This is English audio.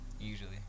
usually